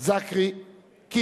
זכי כי